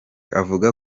avuga